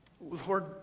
Lord